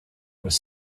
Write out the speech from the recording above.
was